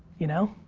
you know?